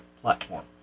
platform